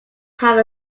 have